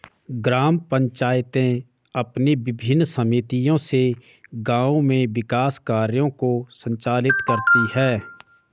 ग्राम पंचायतें अपनी विभिन्न समितियों से गाँव में विकास कार्यों को संचालित करती हैं